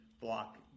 block